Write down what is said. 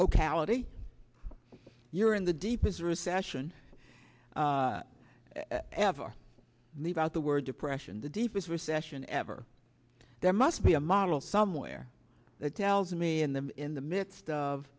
ok ality you're in the deepest recession ever knew about the word depression the deepest recession ever there must be a model somewhere that tells me in the in the midst